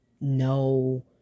no